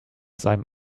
seinem